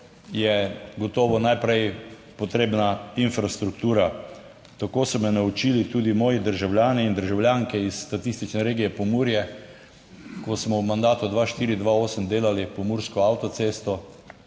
je gotovo najprej potrebna infrastruktura. Tako so me naučili tudi moji državljani in državljanke iz statistične regije Pomurje, ko smo v mandatu 204-208 delali pomursko avtocesto